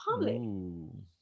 public